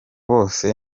bose